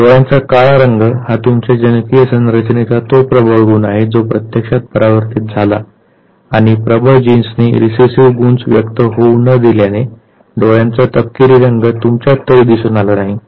तर डोळ्यांचा काळा रंग हा तुमच्या जनुकीय संरचनेचा तो प्रबळ गुण आहे जो प्रत्यक्षात परावर्तीत झाला आणि प्रबळ जीन्सनी रिसेसिव्ह गुण व्यक्त होऊ न दिल्याने डोळ्यांचा तपकिरी रंग तुमच्यात तरी दिसून आला नाही